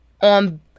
on